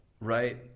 right